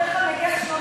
בדרך כלל מגיע שנות,